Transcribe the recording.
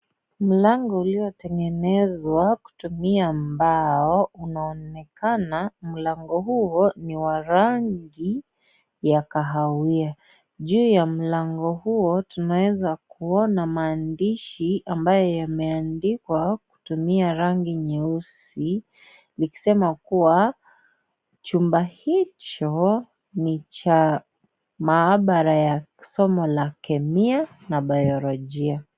Mlango uliotengenezwa kutumia mbao unaonekana mlango huo ni wa rangi ya kahawia juu ya mlango huo tunaweza kuona maandishi ambayo yameandikwa kutumia rangi nyeusi likisema kuwa chumba hicho ni cha maabara ya somo la kemia na biolojia